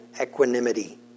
equanimity